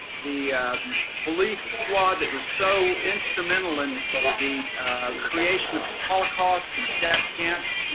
the police squad that was so instrumental in the creation of the holocaust and the death camps,